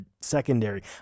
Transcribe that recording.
secondary